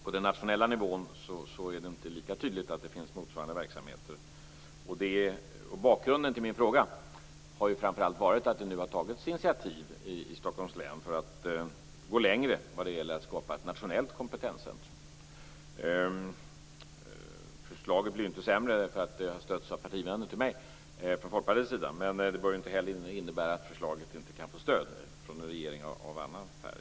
På den nationella nivån är det inte lika tydligt att det finns motsvarande verksamheter. Bakgrunden till min fråga var ju framför allt att det nu har tagits initiativ i Stockholms län för att gå längre för att skapa ett nationellt kompetenscentrum. Förslaget blir ju inte sämre på grund av att det har stötts av partivänner till mig, men det bör ju inte heller innebära att förslaget inte kan få stöd från en regering med annan färg.